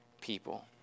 people